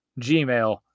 gmail